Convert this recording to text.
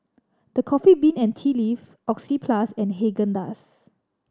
The Coffee Bean and Tea Leaf Oxyplus and Haagen Dazs